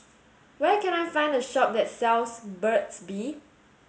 where can I find a shop that sells Burt's bee